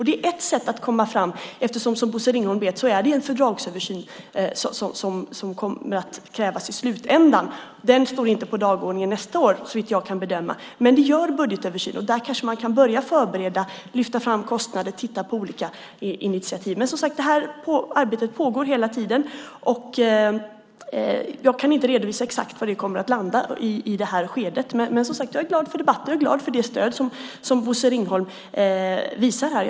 Det är ett sätt att komma framåt, för som Bosse Ringholm vet är det en fördragsöversyn som kommer att krävas i slutändan. Den står inte på dagordningen nästa år, såvitt jag kan bedöma. Men det gör budgetöversynen, och där kanske man kan börja förbereda, lyfta fram kostnader och titta på olika initiativ. Som sagt: Det här arbetet pågår hela tiden. Jag kan inte i det här skedet redovisa exakt var det kommer att landa. Men jag är som sagt glad för debatten och glad för det stöd som Bosse Ringholm visar här.